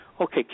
okay